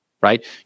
Right